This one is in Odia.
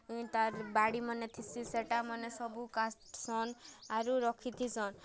ତା'ର୍ ବାଡ଼ିମାନେ ଥିସି ସେଟାମାନେ ସବୁ କାଟ୍ସନ୍ ଆରୁ ରଖିଥିସନ୍